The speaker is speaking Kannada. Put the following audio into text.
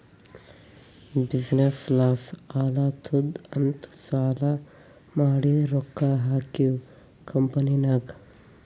ಬಿಸಿನ್ನೆಸ್ ಲಾಸ್ ಆಲಾತ್ತುದ್ ಅಂತ್ ಸಾಲಾ ಮಾಡಿ ರೊಕ್ಕಾ ಹಾಕಿವ್ ಕಂಪನಿನಾಗ್